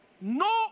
no